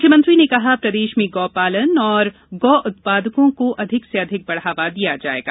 मुख्यमंत्री ने कहा प्रदेश में गौ पालन एवं गो उत्पादों को अधिक से अधिक बढ़ावा दिया जाएगा